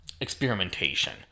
experimentation